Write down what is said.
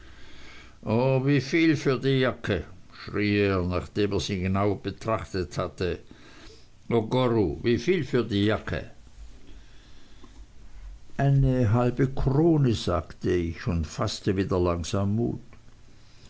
o wieviel für die jacke schrie er nachdem er sie genau betrachtet hatte o goru wieviel für die jacke eine halbe krone sagte ich und faßte wieder langsam mut